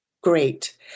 Great